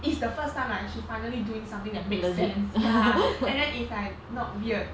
it's the first time like she finally doing something that makes sense ya and then it's like not weird